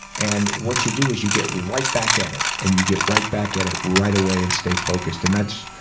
and what you do is you get right back in it. and you get right back in it right away and stay focused. and that's,